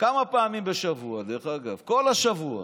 כמה פעמים בשבוע, דרך אגב, כל השבוע.